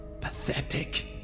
Pathetic